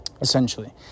essentially